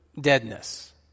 deadness